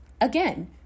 Again